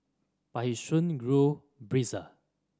but he soon grew brazen